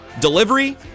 Delivery